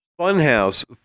Funhouse